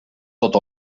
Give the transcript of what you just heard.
tot